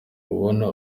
ubona